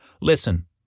Listen